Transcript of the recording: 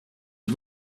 you